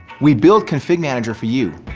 we build config manager for you.